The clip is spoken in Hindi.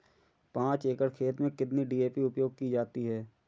पाँच एकड़ खेत में कितनी डी.ए.पी उपयोग की जाती है?